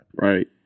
Right